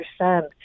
understand